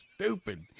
stupid